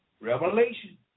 Revelation